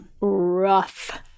rough